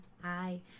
hi